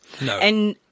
No